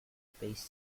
space